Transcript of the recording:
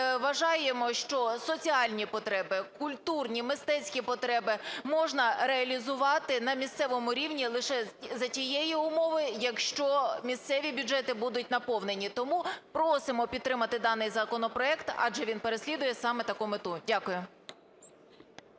вважаємо, що соціальні потреби, культурні, мистецькі потреби можна реалізувати на місцевому рівні лише за тієї умови, якщо місцеві бюджети будуть наповнені. Тому просимо підтримати даний законопроект, адже він переслідує саме таку мету. Дякую.